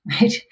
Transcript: Right